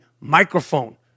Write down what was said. microphone